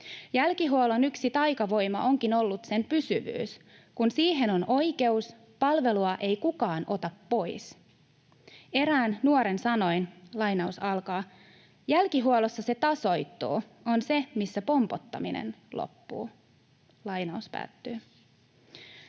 Jälkihuollon yksi taikavoima onkin ollut sen pysyvyys: kun siihen on oikeus, palvelua ei kukaan ota pois. Erään nuoren sanoin: ”Jälkihuollossa se tasoittuu, se on se, missä pompottaminen loppuu.” Lainaan vielä